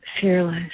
fearless